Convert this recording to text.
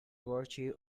virtue